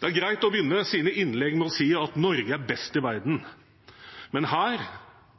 Det er greit å begynne sine innlegg med å si at Norge er best i verden. Men